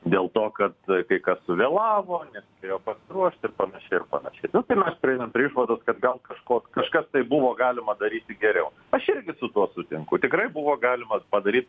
dėl to kad kai kas suvėlavo nespėjo pasiruošt ir panašiai ir panašiai nu tai mes prieinam prie išvados kad gal kažkoks kažkas tai buvo galima daryti geriau aš irgi su tuo sutinku tikrai buvo galima padaryt